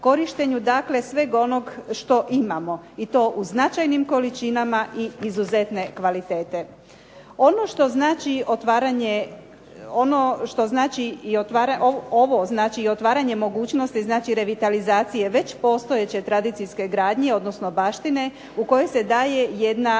korištenju dakle sveg onog što imamo i to u značajnim količinama i izuzetne kvalitete. Ovo znači i otvaranje mogućnosti znači revitalizacije već postojeće tradicijske gradnje odnosno baštine u kojoj se daje jedna